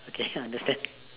okay understand